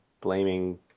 blaming